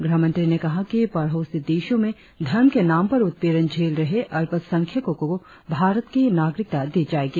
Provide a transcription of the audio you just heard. गृह मंत्री ने कहा कि पड़ोसी देशों में धर्म के नाम पर उत्पीड़न झेल रहे अल्पसंख्यको को भारत की नागरिकता दी जाएगी